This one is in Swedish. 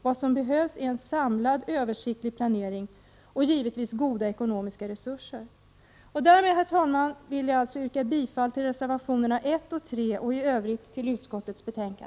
Vad som behövs är en samlad översiktig planering och, givetvis, goda resurser. Därmed, herr talman, vill jag återigen yrka bifall till reservationerna 1 och 3 samt i övrigt yrka bifall till utskottets hemställan.